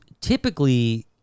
typically